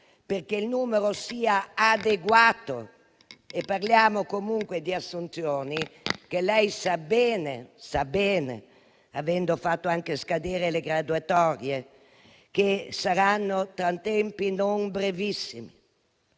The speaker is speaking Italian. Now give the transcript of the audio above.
perché il numero sia adeguato. Parliamo comunque di assunzioni che lei sa bene, avendo fatto anche scadere le graduatorie, saranno tra tempi non brevissimi.